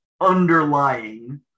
underlying